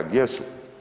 Gdje su?